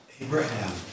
Abraham